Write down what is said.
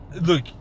look